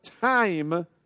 time